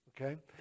Okay